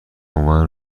عنوان